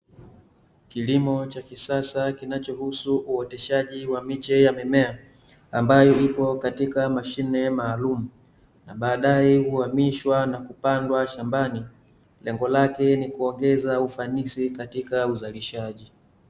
Kilimo cha kisasa kinachohusu uoteshaji wa miche ya mimea, ambayo ipo katika machine maalumu, na baadae uhamishwa na kupandwa shambani, lengo lake ni kuongeza ufanisi katika uzalishaji.